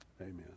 amen